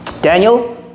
Daniel